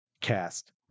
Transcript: cast